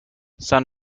son